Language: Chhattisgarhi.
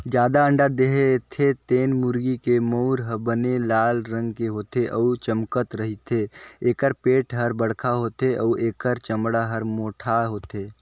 जादा अंडा देथे तेन मुरगी के मउर ह बने लाल रंग के होथे अउ चमकत रहिथे, एखर पेट हर बड़खा होथे अउ एखर चमड़ा हर मोटहा होथे